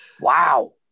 Wow